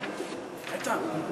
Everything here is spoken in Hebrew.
איתן,